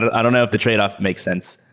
i don't know if the tradeoff makes sense.